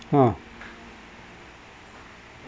ha